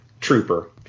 trooper